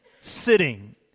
sitting